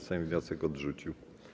Sejm wniosek odrzucił.